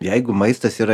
jeigu maistas yra